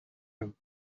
him